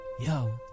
yo